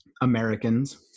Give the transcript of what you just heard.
Americans